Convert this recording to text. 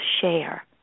share